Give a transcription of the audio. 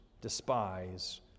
despise